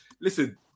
Listen